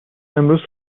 امروز